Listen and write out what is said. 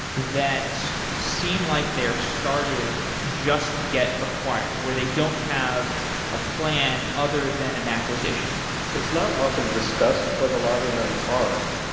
that seem like they're started just to get acquired, where they don't have a plan other than an acquisition it's not often discussed, but a lot of them are.